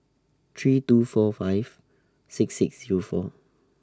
three two four five six six Zero four